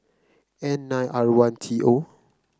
N nine R one T O